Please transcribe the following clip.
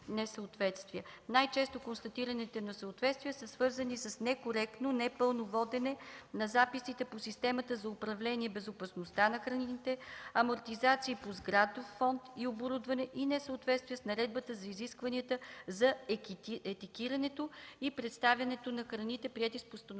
Най-често констатираните несъответствия са свързани с некоректно, непълно водене на записите по системата за управление и безопасността на храните, амортизации по сграден фонд и оборудване, несъответствие с Наредбата за изискванията за етикетирането и представянето на храните, приета с Постановление